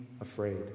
afraid